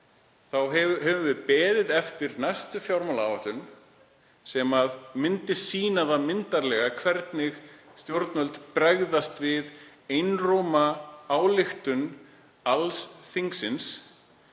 höfum við beðið eftir næstu fjármálaáætlun sem myndi sýna það myndarlega hvernig stjórnvöld hyggist bregðast við einróma ályktun alls þingsins